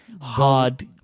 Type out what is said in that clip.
hard